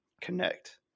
connect